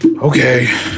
Okay